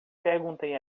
perguntei